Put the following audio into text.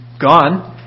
gone